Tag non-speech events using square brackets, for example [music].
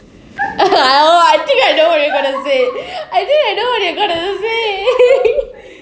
[laughs] oh I think I know what you gonna say I think I know what you're gonna say [laughs]